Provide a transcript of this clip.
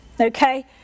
Okay